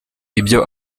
ibyo